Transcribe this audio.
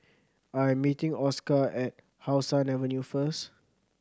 I am meeting Oscar at How Sun Avenue first